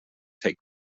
take